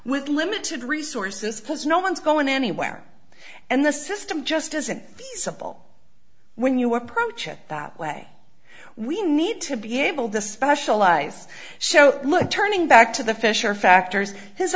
with limited resources has no one's going anywhere and the system just isn't simple when you approach it that way we need to be able to specialize so look turning back to the fisher factors his